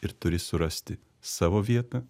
ir turi surasti savo vietą